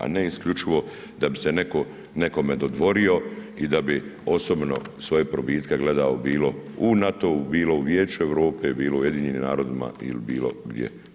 A ne isključivo da bi se netko nekome dodvorio i da bi osobno svoje probitke gledao, bilo u NATO-u, bilo u Vijeću Europe, bilo u UN-u ili bilo gdje.